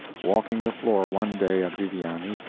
walking the floor one day at viviani,